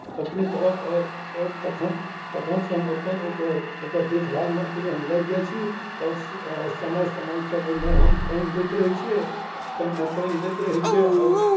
अपने करब आओर आओर तखन तखनसँ हम अपन ओकर ओकर देखभालमे अपने हम लागि जाइ छी आओर स् समय समयपर ओहिमे हम पानि दैत रहै छियै आ पा पानि दैत रहै छियै आओर